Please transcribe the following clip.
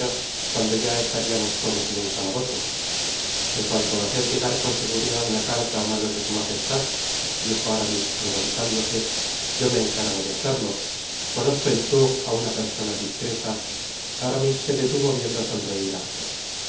cuando ya estaríamos todos en un calabozo en cuanto á hacer llegar con seguridad una carta á manos de su majestad dijo aramis ruborizándose yo me encargo de hacerlo conozco en tours á una persona discreta aramis se detuvo viendo sonreír á athos